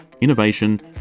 innovation